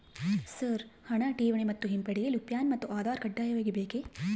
Sir ಹಣ ಠೇವಣಿ ಮತ್ತು ಹಿಂಪಡೆಯಲು ಪ್ಯಾನ್ ಮತ್ತು ಆಧಾರ್ ಕಡ್ಡಾಯವಾಗಿ ಬೇಕೆ?